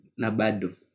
Nabado